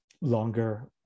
longer